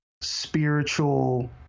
spiritual